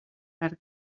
per